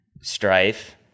strife